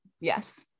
Yes